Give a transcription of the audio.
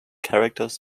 characters